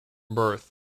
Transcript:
birth